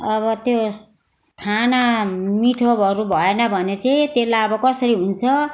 अब त्यो खाना मिठोहरू भएन भने चाहिँ त्यसलाई अब कसरी हुन्छ